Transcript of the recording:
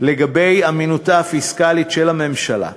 אמינותה הפיסקלית של הממשלה.